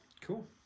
Cool